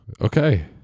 Okay